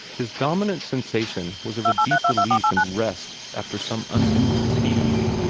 his dominant sensation was of a deep relief and rest after some undue fatigue.